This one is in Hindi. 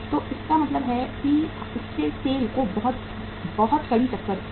तो इसका मतलब है कि इसने SAIL को बहुत कड़ी टक्कर दी